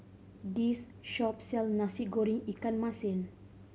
this shop sell Nasi Goreng ikan masin